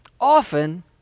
often